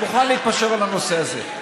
אני מוכן להתפשר על הנושא הזה.